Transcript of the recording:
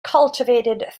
cultivated